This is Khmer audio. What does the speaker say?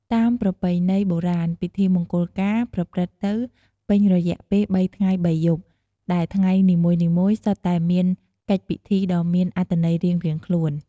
តាមប្រពៃណីបុរាណ ពិធីមង្គលការខ្មែរប្រព្រឹត្តទៅពេញរយៈពេលបីថ្ងៃបីយប់ ដែលថ្ងៃនីមួយៗសុទ្ធតែមានកិច្ចពិធីដ៏មានអត្ថន័យរៀងៗខ្លួន។